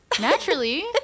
naturally